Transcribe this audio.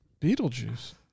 Beetlejuice